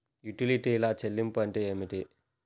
యుటిలిటీల చెల్లింపు అంటే ఏమిటి?